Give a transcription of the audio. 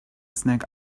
snack